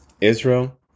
Israel